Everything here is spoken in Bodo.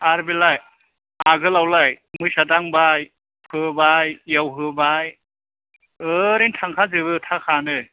आर बेलाय आगोल आवलाय मैसा दांबाय फोबाय एउहोबाय ओरैनो थांखा जोबो थाखाआनो